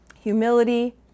Humility